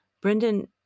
Brendan